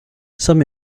some